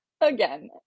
Again